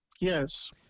Yes